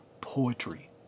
poetry